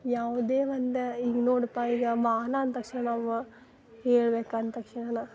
ಯಾವುದೇ ಒಂದು ಈಗ ನೋಡಪ್ಪ ಈಗ ಮಾನ ಅಂದ ತಕ್ಷಣ ನಾವು ಹೇಳ್ಬೇಕು ಅಂದ ತಕ್ಷಣ